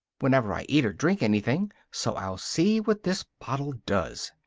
whenever i eat or drink anything, so i'll see what this bottle does.